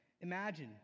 Imagine